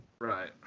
Right